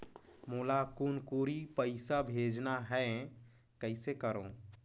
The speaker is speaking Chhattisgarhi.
मोला कुनकुरी पइसा भेजना हैं, कइसे करो?